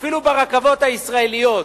אפילו ברכבות הישראליות,